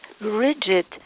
rigid